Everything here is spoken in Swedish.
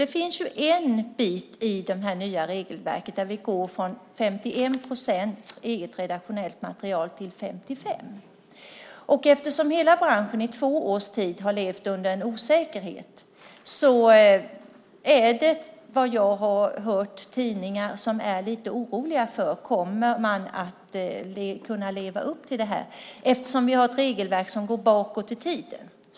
Det finns nämligen en del i det nya regelverket där vi går från 51 procent eget redaktionellt material till 55 procent. Eftersom hela branschen i två års tid har levt i osäkerhet finns det, vad jag har hört, tidningar som är lite oroliga för om man kommer att kunna leva upp till detta. Regelverket går ju bakåt i tiden.